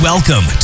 Welcome